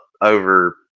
over